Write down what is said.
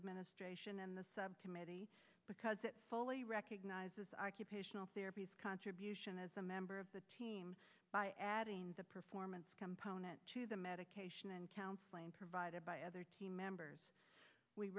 administration and the subcommittee because it fully recognizes occupational therapy as contribution as a member of the team by adding the performance component to the medication and counseling provided by other team members we